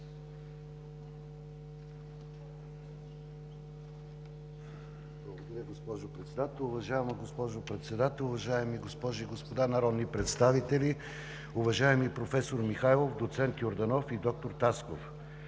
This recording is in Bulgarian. Благодаря, госпожо Председател. Уважаема госпожо Председател, уважаеми госпожи и господа народни представители! Уважаеми професор Михайлов, доцент Йорданов и доктор Тасков,